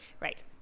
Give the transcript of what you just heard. Right